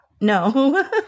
No